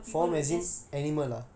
all like I mean people will just